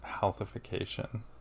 healthification